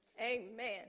Amen